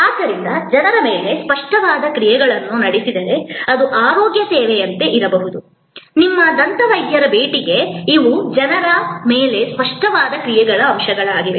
ಆದ್ದರಿಂದ ಜನರ ಮೇಲೆ ಸ್ಪಷ್ಟವಾದ ಕ್ರಿಯೆಗಳನ್ನು ನಡೆಸಿದರೆ ಅದು ಆರೋಗ್ಯ ಸೇವೆಯಂತೆ ಇರಬಹುದು ನಿಮ್ಮ ದಂತವೈದ್ಯರ ಭೇಟಿಗೆ ಇವು ಜನರ ಮೇಲೆ ಸ್ಪಷ್ಟವಾದ ಕ್ರಿಯೆಗಳ ಅಂಶಗಳಾಗಿವೆ